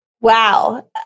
Wow